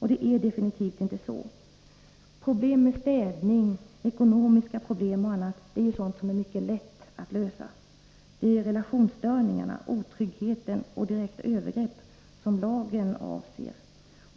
Det är definitivt inte så. Problem med städning eller ekonomiska problem är ju mycket lätta att lösa. Det är relationsstörningar, otrygghet och direkta övergrepp som lagen avser.